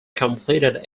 completed